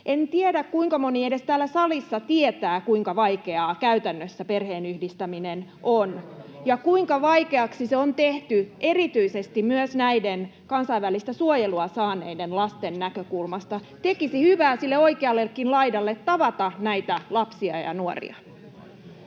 En tiedä, kuinka moni edes täällä salissa tietää, kuinka vaikeaa käytännössä perheenyhdistäminen on ja kuinka vaikeaksi se on tehty erityisesti myös näiden kansainvälistä suojelua saaneiden lasten näkökulmasta. Tekisi hyvää sille oikeallekin laidalle tavata näitä lapsia ja nuoria.